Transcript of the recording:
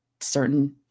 certain